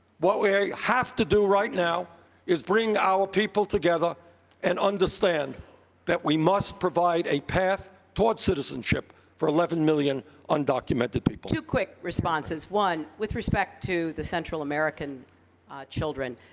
what we have to do right now is bring our people together and understand that we must provide a path towards citizenship for eleven million undocumented people. clinton two quick responses. one, with respect to the central american children,